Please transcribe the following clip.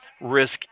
risk